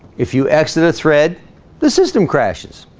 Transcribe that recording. if you exit a thread the system crashes